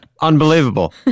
Unbelievable